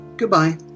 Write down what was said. Goodbye